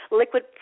liquid